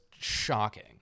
shocking